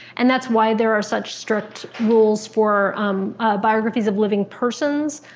and that's why their are such strict rules for biographies of living persons,